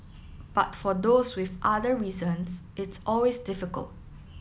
but for those with other reasons it's always difficult